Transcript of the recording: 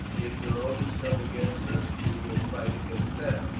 if the romans come against us we will fight against them,